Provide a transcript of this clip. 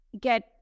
get